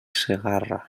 segarra